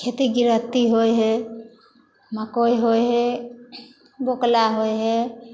खेती गृहस्थी होइ हइ मकइ होइ हइ बकला होइ हइ